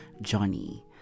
Johnny